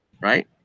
right